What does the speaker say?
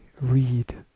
read